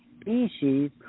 species